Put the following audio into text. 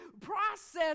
process